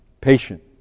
Patient